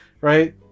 right